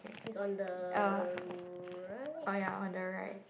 is on the r~ right okay